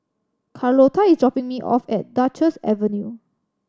Carlotta is dropping me off at Duchess Avenue